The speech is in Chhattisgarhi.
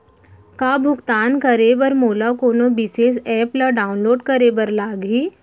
का भुगतान करे बर मोला कोनो विशेष एप ला डाऊनलोड करे बर लागही